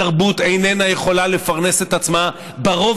התרבות איננה יכולה לפרנס את עצמה ברוב